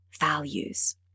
values